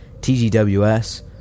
TGWS